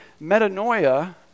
Metanoia